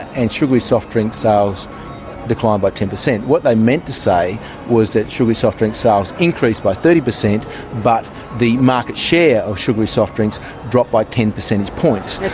and sugary soft drink sales declined by ten percent. what they meant to say was that sugary soft drinks sales increased by thirty percent but the market share of sugary soft drinks dropped by ten percentage points.